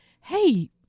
hey